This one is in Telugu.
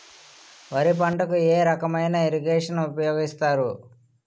వరి పంటకు ఏ రకమైన ఇరగేషన్ ఉపయోగిస్తారు?